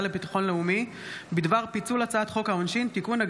לביטחון לאומי בדבר פיצול הצעת חוק העונשין (תיקון,